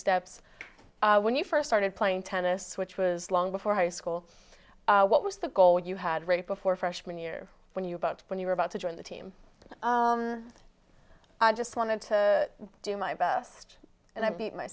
steps when you first started playing tennis which was long before high school what was the goal you had rate before freshman year when you about when you were about to join the team i just wanted to do my best and i beat my